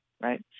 right